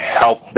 help